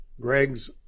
Greg's